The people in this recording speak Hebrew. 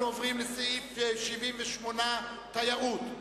אנחנו עוברים לסעיף 78, תיירות.